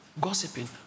gossiping